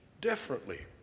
differently